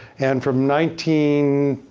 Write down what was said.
and from nineteen,